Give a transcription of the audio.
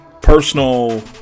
personal